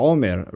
Omer